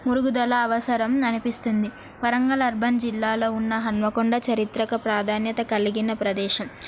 పెరుగుదల అవసరం అనిపిస్తుంది వరంగల్ అర్బన్ జిల్లాలో ఉన్న హనుమకొండ చారిత్రక ప్రాధాన్యత కలిగిన ప్రదేశం